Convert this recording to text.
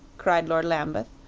cried lord lambeth.